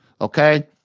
Okay